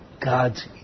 God's